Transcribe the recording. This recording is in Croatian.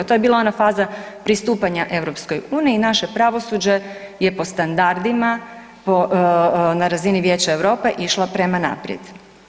To je bila ona faza pristupanja EU i naše pravosuđe je po standardima na razini Vijeća Europe išlo prema naprijed.